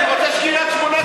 אני רוצה שקריית-שמונה,